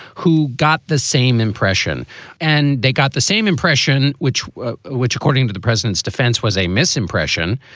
who got the same impression and they got the same impression, which which, according to the president's defense, was a misimpression.